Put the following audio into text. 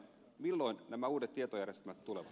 milloin nämä uudet tietojärjestelmät tulevat